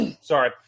sorry